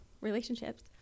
relationships